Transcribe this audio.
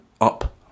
up